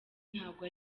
ntago